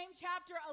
chapter